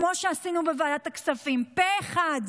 כמו שעשינו בוועדת הכספים, פה אחד,